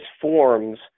forms